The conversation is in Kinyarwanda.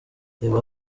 reba